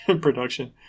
production